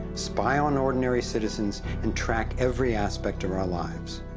spy on ordinary citizens and track every aspect of our lives.